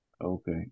Okay